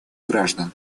граждан